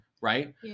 right